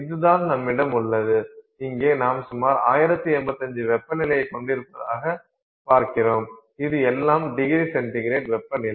இதுதான் நம்மிடம் உள்ளது இங்கே நாம் சுமார் 1085 வெப்பநிலையைக் கொண்டிருப்பாதாக பார்க்கிறோம் இது எல்லாம் டிகிரி சென்டிகிரேட் வெப்பநிலை